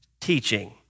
teaching